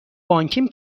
بانکیم